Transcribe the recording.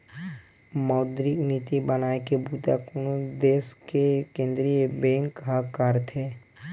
मौद्रिक नीति बनाए के बूता कोनो देस के केंद्रीय बेंक ह करथे